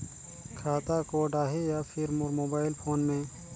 खाता कोड आही या फिर मोर मोबाइल फोन मे?